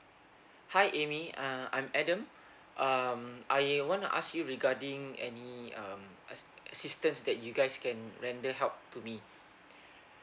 hi amy uh I'm adam um I want to ask you regarding any um as~ assistance that you guys can render help to me